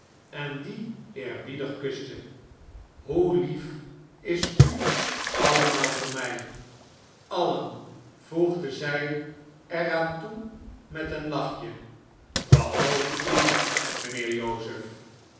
en die eerbiedig kuste hoe lief is u allemaal voor mij allen voegde zij er aan toe met een lachje behalve u mijnheer joseph